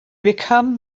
become